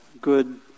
good